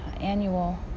Annual